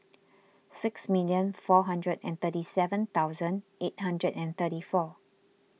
six million four hundred and thirty seven thousand eight hundred and thirty four